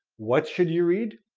what should you read?